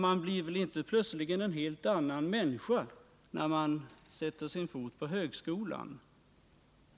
Man blir väl inte plötsligt ett helt annan människa när man sätter sin fot på högskolan?